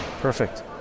Perfect